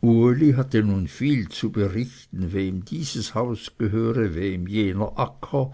uli hatte nun viel zu berichten wem dieses haus gehöre wem jener acker